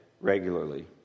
regularly